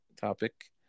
topic